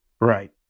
Right